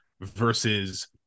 versus